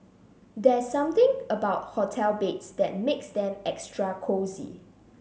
there's something about hotel beds that makes them extra cosy